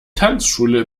tanzschule